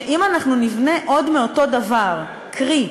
שאם אנחנו נבנה עוד מאותו דבר, קרי,